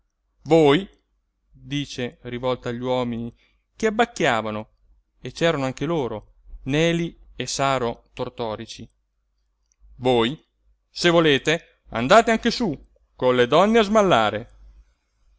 voi dice rivolto agli uomini che abbacchiavano e c'erano anche loro neli e saro tortorici voi se volete andate anche su con le donne a smallare